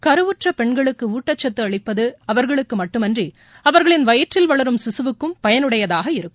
கருவுற்றபெண்களுக்குஊட்டச்சத்துஅளிப்பதுஅவர்களுக்குமட்டுமின்றிஅவர்களின் வயிற்றில் வளரும் சிசுவுக்கும் பயனுடையதாக இருக்கும்